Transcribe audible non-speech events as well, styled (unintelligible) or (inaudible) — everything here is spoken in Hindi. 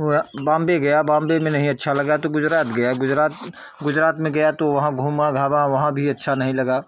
(unintelligible) बॉम्बे गया बॉम्बे में नहीं अच्छा लगा तो गुजरात गया गुजरात गुजरात में गया तो वहाँ घूमा घामा वहाँ भी अच्छा नहीं लगा